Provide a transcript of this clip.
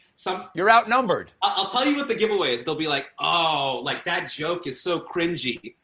so you're out-numbered. i'll tell you what the giveaway is. they'll be like ah like, that joke is so cringey.